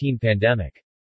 pandemic